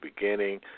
beginning